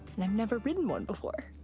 and i've never ridden one before.